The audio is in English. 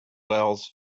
wells